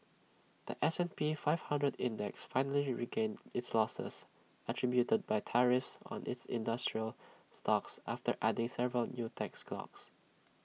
The S and P five hundred index finally regained its losses attributed by tariffs on its industrial stocks after adding several new tech stocks